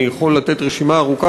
אני יכול לתת רשימה ארוכה,